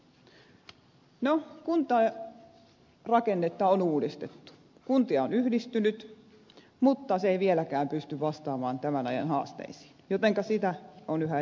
no kuntarakennetta on uudistettu kuntia on yhdistynyt mutta kuntarakenne ei vieläkään pysty vastaamaan tämän ajan haasteisiin jotenka uudistamista on yhä edelleen jatkettava